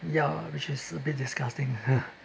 ya which is a bit disgusting